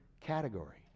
category